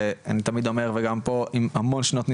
ואני תמיד אומר עם המון שנות ניסיון,